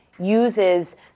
uses